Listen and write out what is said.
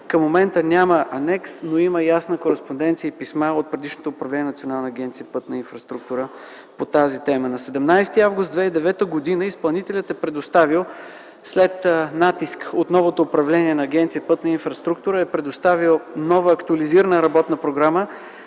към момента няма анекс, но има ясна кореспонденция и писма от предишното управление на Национална агенция „Пътна инфраструктура” по тази тема. На 17 август 2009 г. изпълнителят е предоставил след натиск от новото управление на Национална агенция „Пътна инфраструктура” нова актуализирана работна програма,